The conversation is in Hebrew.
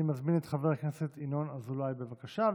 אני מזמין את חבר הכנסת ינון אזולאי, בבקשה.